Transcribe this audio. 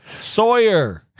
Sawyer